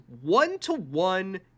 one-to-one